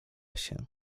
się